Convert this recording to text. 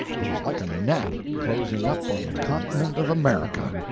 it was like a gnat closing up on the continent of america.